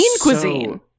cuisine